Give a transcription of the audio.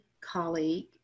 colleague